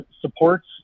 supports